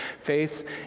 Faith